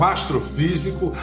Astrofísico